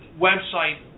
website